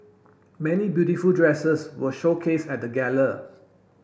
many beautiful dresses were showcase at the gala